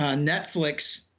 ah netflix